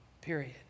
period